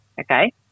Okay